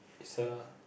is a